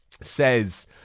says